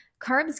Carbs